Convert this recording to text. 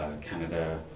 Canada